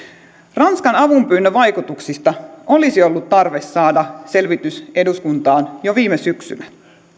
ranskan avunpyynnön vaikutuksista olisi ollut tarve saada selvitys eduskuntaan jo viime syksynä